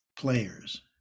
players